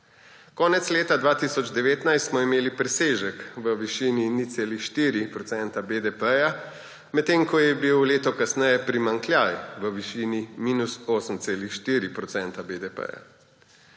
Konec leta 2019 smo imeli presežek v višini 0,4 % BDP, medtem ko je bil leto kasneje primanjkljaj v višini minus 8,4 % BDP.